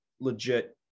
legit